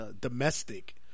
domestic